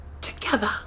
together